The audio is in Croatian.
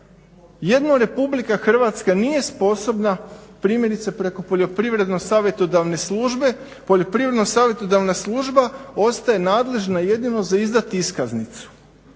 jedino RH nije sposobna primjerice preko poljoprivredno savjetodavne službe, poljoprivredna savjetodavna služba ostaje nadležna jedino za izdati iskaznicu.